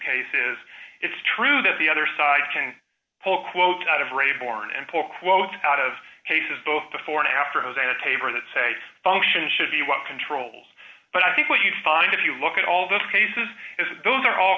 case is it's true that the other side can pull quotes out of re born in port quotes out of cases both before and after hosea taber that say function should be what controls but i think what you find if you look at all of those cases is those are all